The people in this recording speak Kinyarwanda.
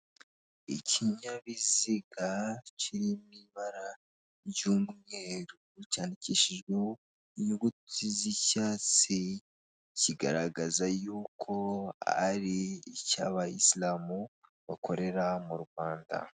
Ikinyabiziga kiri mw'ibara ry'umweru, cyandikishijweho inyuguti z'icyatsi kigaragaza yuko ari icy'abayisilamu bakorera mu Rwanda.